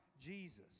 Jesus